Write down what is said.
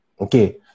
Okay